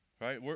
Right